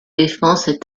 défense